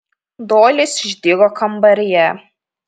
doilis išdygo kambaryje